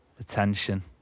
Attention